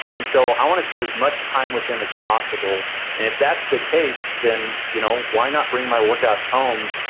and so, i wanna spend as much time with them as possible and if that's the case, then you know why not bring my workouts home?